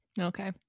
Okay